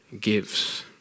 gives